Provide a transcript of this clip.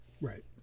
Right